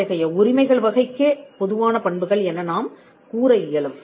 இத்தகைய உரிமைகள் வகைக்கே பொதுவான பண்புகள் என நாம் கூற இயலும்